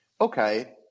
okay –